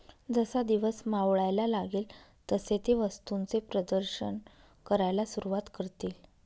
जसा दिवस मावळायला लागेल तसे ते वस्तूंचे प्रदर्शन करायला सुरुवात करतील